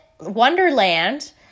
wonderland